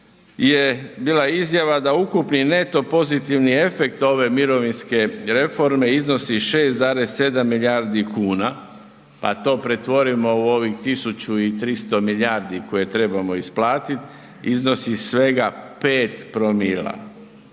je bila izjava da ukupni neto pozitivni efekt ove mirovinske reforme iznosi 6,7 milijardi kuna, pa to pretvorimo u ovih 1.300 milijardi koje trebamo isplatit iznosi svega 5 promila.